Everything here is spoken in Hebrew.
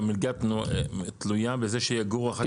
המלגה תלויה בזה שיגורו אחר כך?